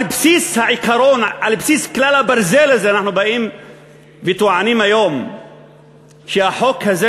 על בסיס כלל הברזל הזה אנחנו באים וטוענים היום שהחוק הזה,